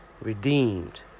redeemed